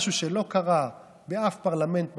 משהו שלא קרה באף פרלמנט בעולם.